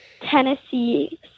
Tennessee